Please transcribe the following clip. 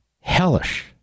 hellish